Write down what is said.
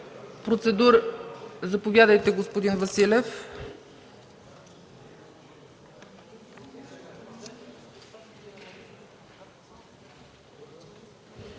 Процедура – заповядайте, господин Василев.